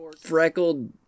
freckled